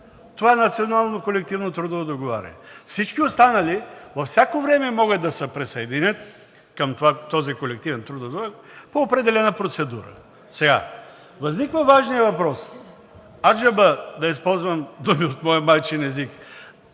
това национално колективно трудово договаряне. Всички останали във всяко време могат да се присъединят към този колективен трудов договор по определена процедура. Възниква важният въпрос: аджеба – да използвам дума от моя майчин език